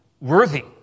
worthy